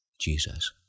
Jesus